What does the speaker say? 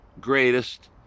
greatest